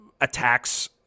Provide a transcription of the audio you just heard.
attacks